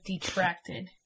detracted